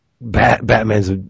Batman's